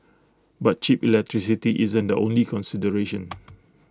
but cheap electricity isn't the only consideration